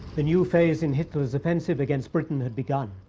the new phase in hitler's offensive against britain had begun.